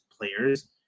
players